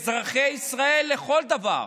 אזרחי ישראל לכל דבר.